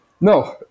No